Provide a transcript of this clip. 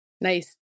Nice